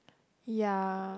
ya